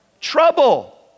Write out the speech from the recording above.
Trouble